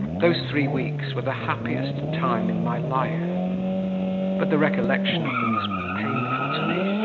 those three weeks were the happiest time in my life but the recollection of them is painful to me.